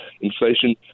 Inflation